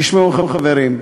תשמעו, חברים,